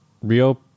rio